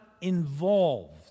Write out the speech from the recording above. involved